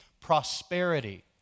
prosperity